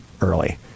early